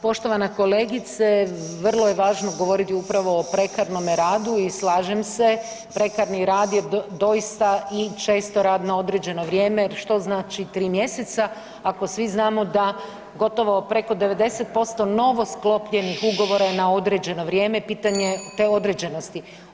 Poštovana kolegice, vrlo je važno govoriti upravo o prekarnome radu i slažem se prekarni rad je doista i često rad na određeno vrijeme, što znači 3 mjeseca ako svi znamo da gotovo preko 90% novosklopljenih ugovora je određeno vrijeme i pitanje je te određenosti.